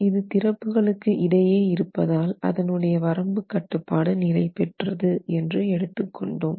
இது திறப்புகளுக்கு இடையே இருப்பதால் அதனுடைய வரம்பு கட்டுப்பாடு நிலை பெற்றது என்று எடுத்துக் கொண்டோம்